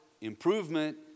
improvement